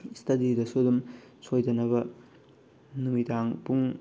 ꯏꯁꯇꯗꯤꯗꯁꯨ ꯑꯗꯨꯝ ꯁꯣꯏꯗꯅꯕ ꯅꯨꯃꯤꯗꯥꯡ ꯄꯨꯡ